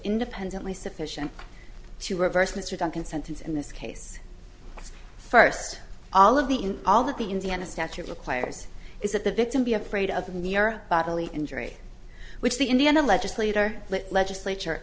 independently sufficient to reverse mr duncan sentence in this case first all of the in all of the indiana statute requires is that the victim be afraid of me or bodily injury which the indiana legislator legislature